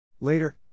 Later